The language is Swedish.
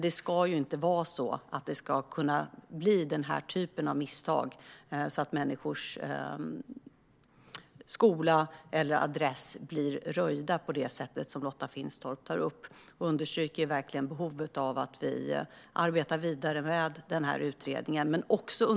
Det ska dock inte vara så att misstag av detta slag uppstår och att människors skola eller adress blir röjda på det sätt som Lotta Finstorp tar upp. Jag understryker verkligen behovet av att vi arbetar vidare med utredningen.